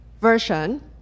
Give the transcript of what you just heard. version